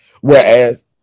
Whereas